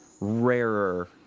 rarer